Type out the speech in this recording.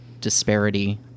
disparity